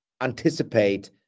anticipate